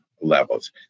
levels